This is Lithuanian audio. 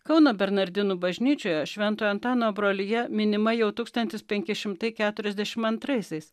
kauno bernardinų bažnyčioje šventojo antano brolija minima jau tūkstantis penki šimtai keturiasdešim antraisiais